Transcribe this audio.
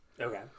Okay